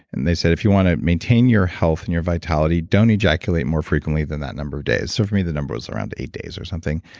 and they said if you want to maintain your health and your vitality, don't ejaculate more frequently than that number of days. so for me, the number was around eight days or something.